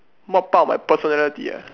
what part of my personality ah